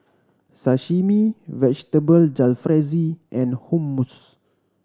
Sashimi Vegetable Jalfrezi and Hummus